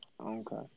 Okay